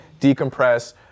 decompress